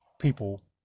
people